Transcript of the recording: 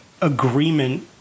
Agreement